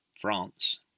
France